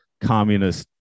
communist